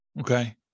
Okay